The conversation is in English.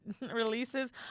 releases